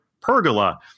pergola